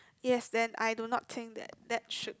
yes then I do no think that that should